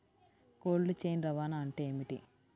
Cold chain రవాణా అంటే ఏమిటీ?